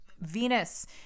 Venus